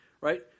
right